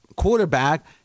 quarterback